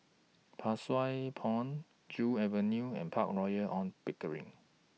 Pang Sua Pond Joo Avenue and Park Royal on Pickering